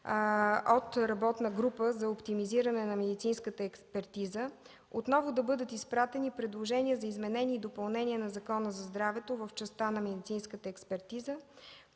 от работна група за оптимизиране на медицинската експертиза, отново да бъдат изпратени предложения за изменение и допълнение на Закона за здравето в частта на медицинската експертиза,